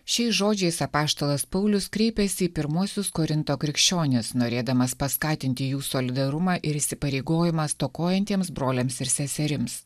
šiais žodžiais apaštalas paulius kreipėsi į pirmuosius korinto krikščionis norėdamas paskatinti jų solidarumą ir įsipareigojimą stokojantiems broliams ir seserims